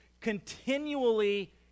continually